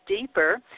deeper